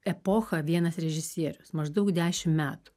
epochą vienas režisierius maždaug dešim metų